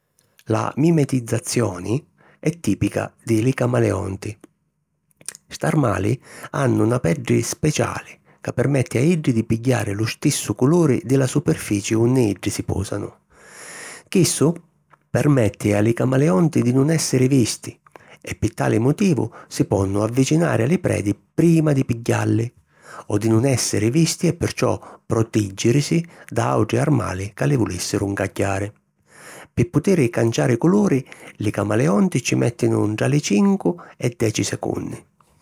La mimetizzazioni è tipica di li camaleonti. St'armali hannu na peddi speciali ca permetti a iddi di pigghiari lu stissu culuri di la superfici unni iddi si pòsanu. Chissu permetti a li camaleonti di nun èssiri visti e pi tali motivu si ponnu avvicinari a li predi prima di pigghialli o di nun èssiri visti e perciò protiggìrisi da àutri armali ca li vulìssiru ncagghiari. Pi putiri canciari culuri, li camaleonti ci mèttinu ntra li cincu e deci secunni.